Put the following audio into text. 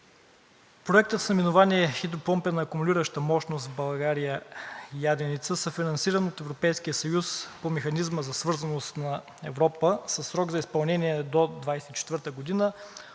Проектът с наименование „Хидропомпена акумулираща мощност в България „Яденица“, съфинансиран от Европейския съюз по Механизма за свързаност на Европа със срок за изпълнение до 2024 г.,